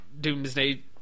Doomsday